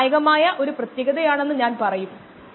അതിനാൽ സാന്ദ്രതയാണ് അടിസ്ഥാനം